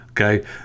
Okay